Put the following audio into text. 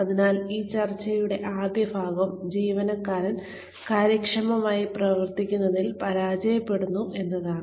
അതിനാൽ ഈ ചർച്ചയുടെ ആദ്യഭാഗം ജീവനക്കാരൻ കാര്യക്ഷമമായി പ്രവർത്തിക്കുന്നതിൽ പരാജയപ്പെടുന്നു എന്നതാണ്